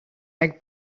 egg